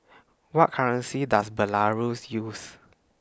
What currency Does Belarus use